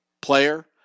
player